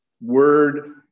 word